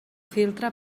filtre